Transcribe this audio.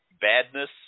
badness